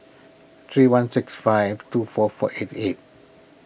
three one six five two four four eight eight